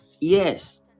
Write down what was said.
Yes